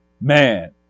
Man